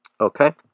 Okay